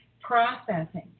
processing